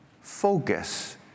focus